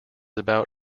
about